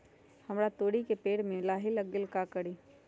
हमरा तोरी के पेड़ में लाही लग गेल है का करी?